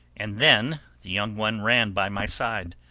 and then the young one ran by my side.